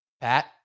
Pat